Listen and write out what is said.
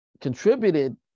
contributed